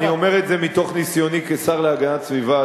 אני אומר את זה מניסיוני כשר להגנת הסביבה,